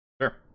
Sure